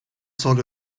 sort